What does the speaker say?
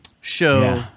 show